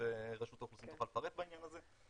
רשות האוכלוסין תוכל לפרט בעניין הזה.